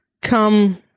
Come